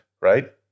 right